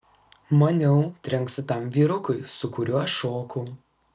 maniau trenksi tam vyrukui su kuriuo šokau